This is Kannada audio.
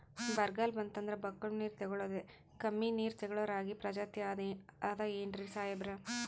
ಬರ್ಗಾಲ್ ಬಂತಂದ್ರ ಬಕ್ಕುಳ ನೀರ್ ತೆಗಳೋದೆ, ಕಮ್ಮಿ ನೀರ್ ತೆಗಳೋ ರಾಗಿ ಪ್ರಜಾತಿ ಆದ್ ಏನ್ರಿ ಸಾಹೇಬ್ರ?